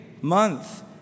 month